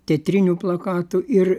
teatrinių plakatų ir